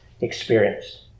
experienced